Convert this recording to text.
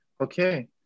okay